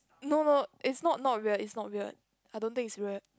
no no it's not not weird it's not weird I don't think it's weird